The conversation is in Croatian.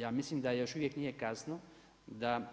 Ja mislim da još uvijek nije kasno, da